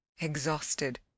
exhausted